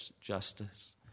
justice